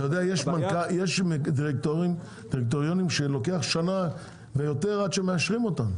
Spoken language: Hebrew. יש דירקטוריונים שלוקח שנה ויותר עד שמאשרים אותם.